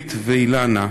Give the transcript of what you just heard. אירית ואילנה,